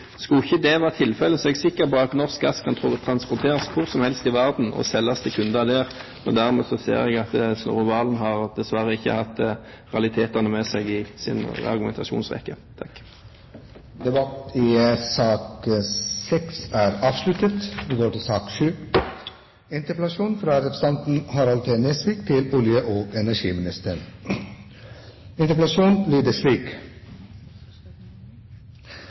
Skulle ikke dette være tilfelle, er jeg sikker på at norsk gass kan transporteres hvor som helst i verden og selges til kunder der. Dermed ser jeg at Snorre Serigstad Valen dessverre ikke har hatt realitetene med seg i sin argumentasjonsrekke. Debatten i sak nr. 6 er avsluttet. Det har vært knyttet store forventninger fra verftsnæringen og en presset leverandørindustri langs kysten til